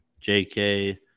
Jk